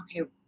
okay